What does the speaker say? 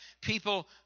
People